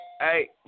Hey